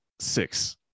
six